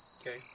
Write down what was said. Okay